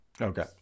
okay